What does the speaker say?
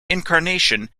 incarnation